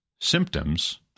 symptoms